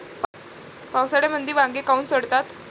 पावसाळ्यामंदी वांगे काऊन सडतात?